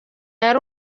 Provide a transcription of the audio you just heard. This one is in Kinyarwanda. yari